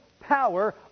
power